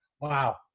wow